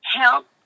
help